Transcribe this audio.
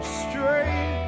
straight